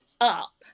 up